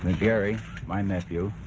and gary my nephew